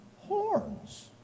horns